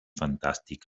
fantàstic